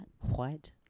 White